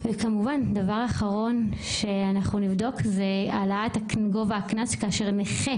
וכמובן דבר אחרון שאנחנו נבדוק זה העלאת גובה הקנס כאשר נכה